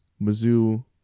Mizzou